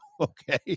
Okay